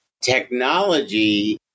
technology